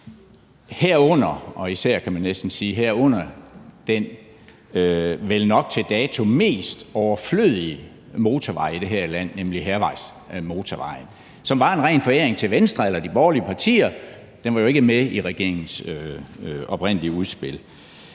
herunder og især, kan man næsten sige, den vel nok til dato mest overflødige motorvej i det her land, nemlig Hærvejsmotorvejen, som var en ren foræring til Venstre eller de borgerlige partier. Den var jo ikke med i regeringens oprindelige udspil.